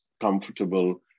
comfortable